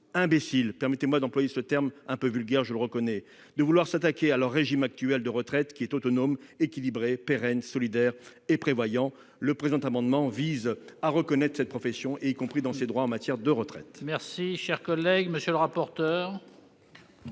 -de vouloir s'attaquer à leur régime actuel de retraite, qui est autonome, équilibré, pérenne, solidaire et prévoyant. Le présent amendement vise donc à reconnaître cette profession, y compris dans ses droits en matière de retraite.